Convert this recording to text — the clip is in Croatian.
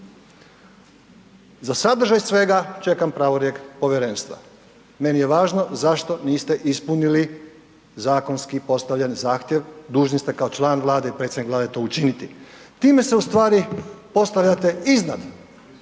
Za sadržaj svega čekam pravorijek povjerenstva. Meni je važno zašto niste ispunili zakonski postavljen zahtjev, dužni ste kao član Vlade i predsjednik Vlade to učiniti. Time se ustvari postavljate iznad